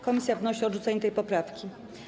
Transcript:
Komisja wnosi o odrzucenie tej poprawki.